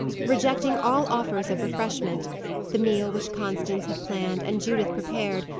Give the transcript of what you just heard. rejecting all offers of refreshment the meal which constance had planned, and judith prepared,